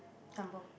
some both